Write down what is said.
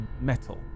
metal